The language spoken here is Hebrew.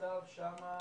המצב שם,